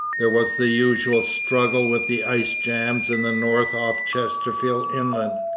there was the usual struggle with the ice jam in the north off chesterfield inlet,